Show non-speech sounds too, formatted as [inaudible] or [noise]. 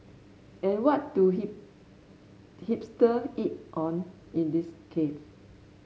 and what do [unintelligible] hipster eat on in these cafe